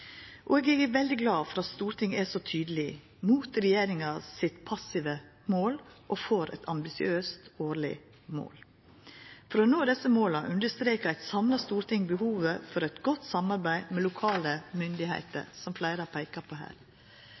Eg er veldig glad for at Stortinget er så tydeleg mot regjeringa sitt passive mål og for eit ambisiøst årleg mål. For å nå desse måla understrekar eit samla storting behovet for eit godt samarbeid med lokale myndigheiter – som fleire har peika på her.